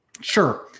Sure